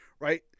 right